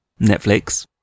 netflix